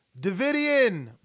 Davidian